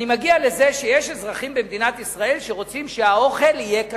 לזה שיש אזרחים במדינת ישראל שרוצים שהאוכל יהיה כשר.